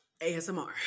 asmr